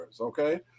okay